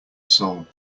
soul